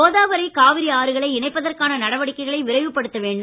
கோதாவரி காவிரி ஆறுகளை இணைப்பதற்கான நடவடிக்கைகளை விரைவுப் படுத்த வேண்டும்